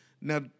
Now